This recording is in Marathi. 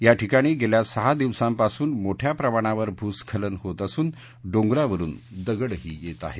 या ठिकाणी गेल्या सहा दिवसांपासून मोठ्या प्रमाणावर भुस्खल्लन होत असून डोंगारांवरून दगडही येत आहेत